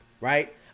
Right